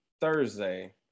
Thursday